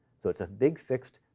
so it's a big fixed-point,